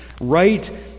Right